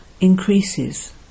increases